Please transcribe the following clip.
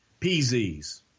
PZs